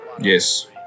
yes